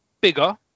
bigger